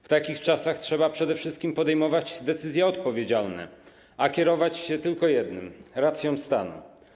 W takich czasach trzeba przede wszystkim podejmować decyzje odpowiedzialne, a kierować się tylko jednym: racją stanu.